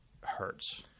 hurts